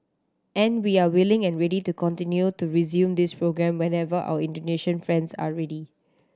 and we are willing and ready to continue to resume this programme whenever our Indonesian friends are ready